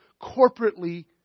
corporately